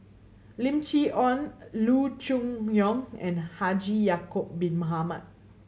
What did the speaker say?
Lim Chee Onn Loo Choon Yong and Haji Ya'acob Bin Mohamed